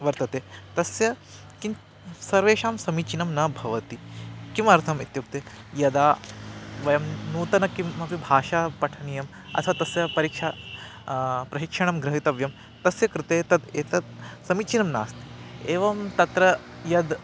वर्तते तस्य किं सर्वेषां समीचीनं न भवति किमर्थम् इत्युक्ते यदा वयं नूतनं किमपि भाषा पठनीया अथवा तस्य परीक्षा प्रशिक्षणं गृहीतव्यं तस्य कृते तद् एतत् समीचीनं नास्ति एवं तत्र यद्